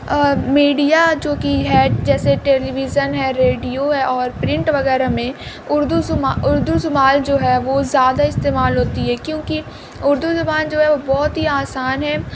اور میڈیا جو کہ ہے جیسے ٹیلیویژن ہے ریڈیو ہے اور پرنٹ وغیرہ میں اردو اردو سمال جو ہے وہ زیادہ استعمال ہوتی ہے کیونکہ اردو زبان جو ہے وہ بہت ہی آسان ہے